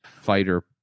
fighter